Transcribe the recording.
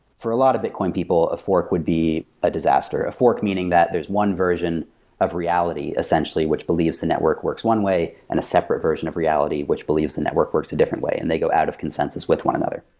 for a lot of bitcoin people, a fork would be a disaster. a fork, meaning that there's one version of reality, essentially, which believes the network works one way and a separate version of reality, which believes the network works a different way, and they go out of consensus with one another.